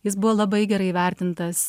jis buvo labai gerai įvertintas